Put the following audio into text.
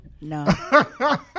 No